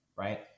right